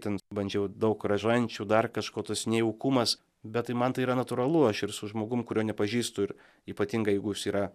ten bandžiau daug rožančių dar kažko tas nejaukumas bet tai man tai yra natūralu aš ir su žmogum kurio nepažįstu ir ypatingai jeigu jis yra